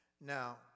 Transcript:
Now